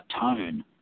tone